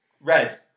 Red